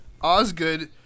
Osgood-